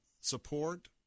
support